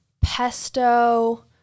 pesto